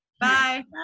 Bye